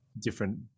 different